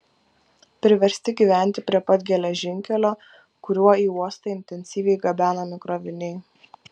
priversti gyventi prie pat geležinkelio kuriuo į uostą intensyviai gabenami kroviniai